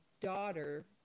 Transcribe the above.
daughter